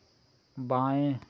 बाएँ